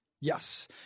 Yes